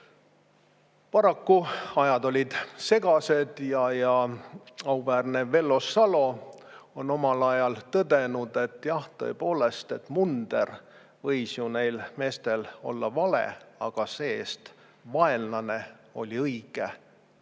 Paraku olid ajad segased. Auväärne Vello Salo on omal ajal tõdenud, et jah, tõepoolest, munder võis ju neil meestel olla vale, aga see-eest vaenlane oli õige.